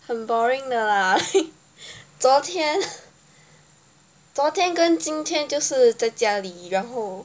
很 boring 的啦昨天昨天跟今天就是在家里然后